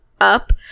up